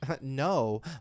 no